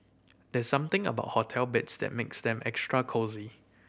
there's something about hotel beds that makes them extra cosy